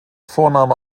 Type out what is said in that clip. vorname